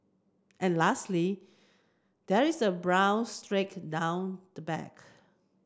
and lastly there is a brown streak down the back